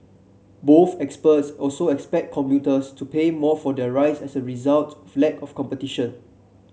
both experts also expect commuters to pay more for their rides as a result the lack of competition